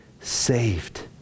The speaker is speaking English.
saved